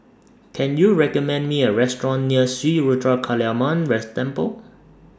Can YOU recommend Me A Restaurant near Sri Ruthra Kaliamman rest Temple